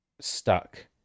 stuck